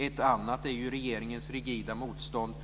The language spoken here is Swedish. Ett annat är regeringens rigida motstånd